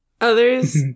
Others